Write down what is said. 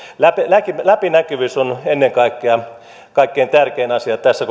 läpinäkyvyys läpinäkyvyys on ennen kaikkea kaikkein tärkein asia tässä